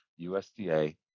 USDA